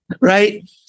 Right